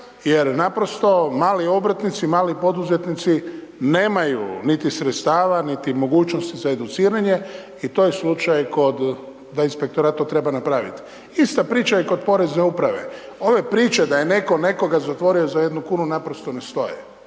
jer naprosto mali obrtnici, mali poduzetnici nemaju niti sredstava niti mogućnosti za educiranje i to je slučaj kod da inspektorat treba napraviti. Ista priča je kod porezne uprave. Ove priče da je netko nekoga zatvorio za jednu kunu naprosto ne stoje.